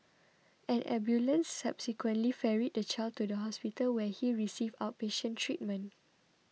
an ambulance subsequently ferried the child to hospital where he received outpatient treatment